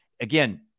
again